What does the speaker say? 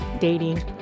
dating